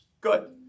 Good